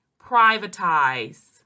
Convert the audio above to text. privatize